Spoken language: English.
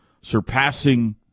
surpassing